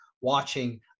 watching